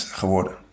geworden